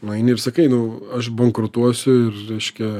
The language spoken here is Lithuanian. nueini ir sakai nu aš bankrutuosiu ir reiškia